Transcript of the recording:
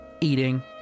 Eating